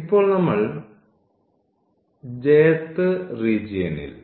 ഇപ്പോൾ നമ്മൾ 'th റീജിയനിൽ